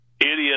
idiot